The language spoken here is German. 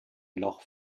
loch